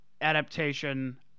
adaptation